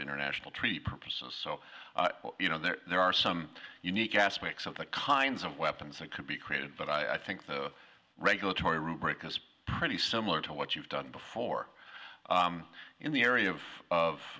international treaty purposes so you know there are some unique aspects of the kinds of weapons that could be created but i think the regulatory rubric is pretty similar to what you've done before in the area of of